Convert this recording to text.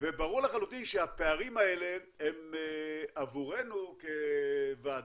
ברור לחלוטין שהפערים האלה הם עבורנו כוועדה